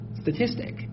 statistic